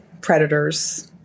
predators